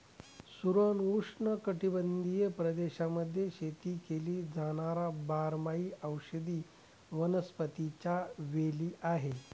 सुरण उष्णकटिबंधीय प्रदेशांमध्ये शेती केली जाणार बारमाही औषधी वनस्पतीच्या वेली आहे